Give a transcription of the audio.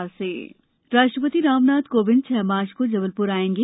राष्ट्रपति प्रवास राष्ट्रपति रामनाथ कोविंद छह मार्च को जबलप्र आएंगे